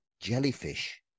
jellyfish